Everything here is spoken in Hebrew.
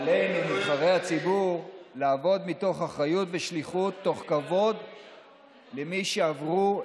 עכשיו ממש בפרשת לך לך, פרשיות שהמציאו למעשה את